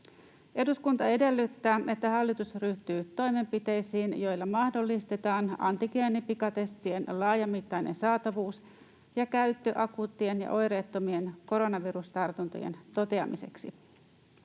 ”Eduskunta edellyttää, että hallitus ryhtyy toimenpiteisiin, joilla mahdollistetaan antigeenipikatestien laajamittainen saatavuus ja käyttö akuuttien ja oireettomien koronavirustartuntojen toteamiseksi.”